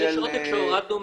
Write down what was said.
יש עותק שהורדנו מהחומרים,